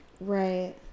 right